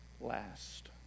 last